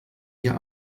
ihr